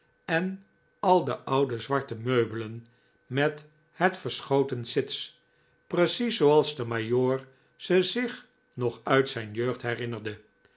en al de oude zwarte meubelen met het verschoten sits precies zooals de majoor ze zich nog uit zijn jeugd herinnerde